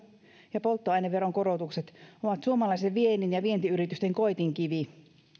ja polttoaineveron korotukset ovat suomalaisen viennin ja vientiyritysten koetinkivi